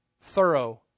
thorough